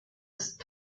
ist